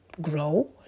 grow